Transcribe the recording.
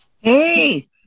Hey